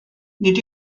nid